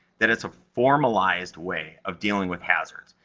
that it's a formalized way of dealing with hazards.